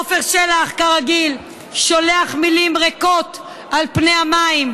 עפר שלח, כרגיל, שולח מילים ריקות על פני המים.